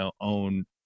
own